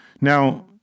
Now